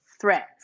threats